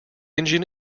engine